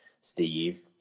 Steve